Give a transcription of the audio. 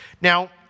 Now